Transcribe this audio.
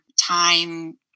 time